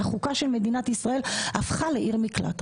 החוקה של מדינת ישראל הפכה לעיר מקלט.